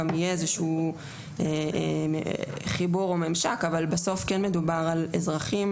גם יהיה איזשהו חיבור או ממשק אבל בסוף כן מדובר על אזרחים.